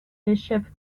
bishop